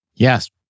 Yes